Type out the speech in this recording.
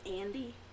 Andy